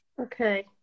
Okay